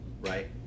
Right